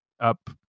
up